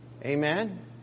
Amen